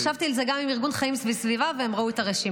ישבתי על זה גם עם ארגון חיים וסביבה והם ראו את הרשימה.